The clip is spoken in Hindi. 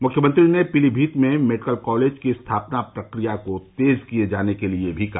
मुख्यमंत्री ने पीलीभीत में मेडिकल कॉलेज की स्थापना प्रक्रिया को तेज किए जाने के लिए भी कहा